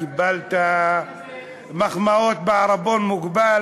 קיבלת מחמאות בעירבון מוגבל,